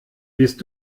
bist